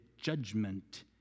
judgment